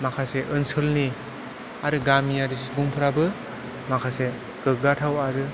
माखासे ओनसोलनि आरो गामियारि सुबुंफ्राबो माखासे गोग्गाथाव आरो